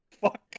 Fuck